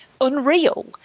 unreal